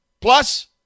Plus